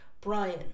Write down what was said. Brian